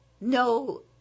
no